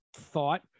thought